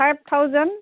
five thousand